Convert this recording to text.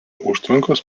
užtvankos